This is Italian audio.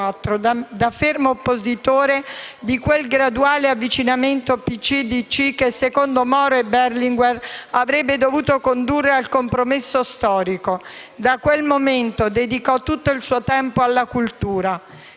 da fermo oppositore di quel graduale avvicinamento PCI-DC che secondo Moro e Berlinguer avrebbe dovuto condurre al compromesso storico. Da quel momento, dedicò tutto il suo tempo alla cultura.